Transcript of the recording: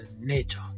nature